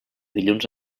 dilluns